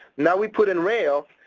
now we put in rail,